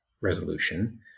resolution